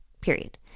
period